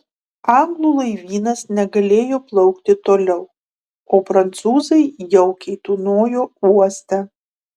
anglų laivynas negalėjo plaukti toliau o prancūzai jaukiai tūnojo uoste